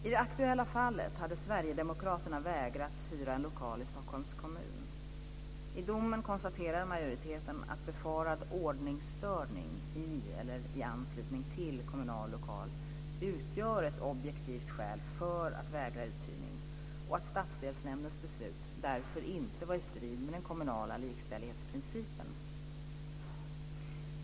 I det aktuella fallet hade Sverigedemokraterna vägrats hyra en lokal i Stockholms kommun. I domen konstaterar majoriteten att befarad ordningsstörning i eller i anslutning till kommunal lokal utgör ett objektivt skäl för att vägra uthyrning och att stadsdelsnämndens beslut därför inte var i strid med den kommunala likställighetsprincipen.